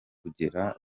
kugera